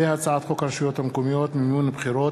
הצעת חוק הרשויות המקומיות (מימון בחירות)